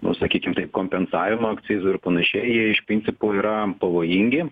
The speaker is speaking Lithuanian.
nu sakykim taip kompensavimo akcizų ir panašiai jie iš principo yra pavojingi